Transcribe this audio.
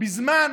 שבזמן